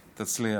תצליח.